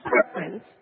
preference